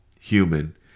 human